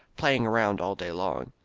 playing around all day long.